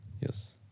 Yes